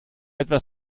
etwas